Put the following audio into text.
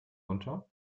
unter